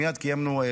מאז קיימנו דיונים.